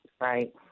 right